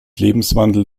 lebenswandel